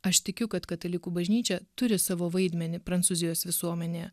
aš tikiu kad katalikų bažnyčia turi savo vaidmenį prancūzijos visuomenėje